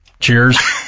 Cheers